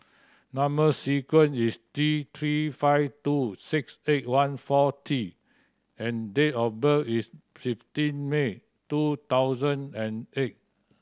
number sequence is T Three five two six eight one four T and date of birth is fifteen May two thousand and eight